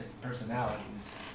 personalities